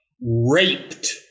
raped